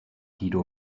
guido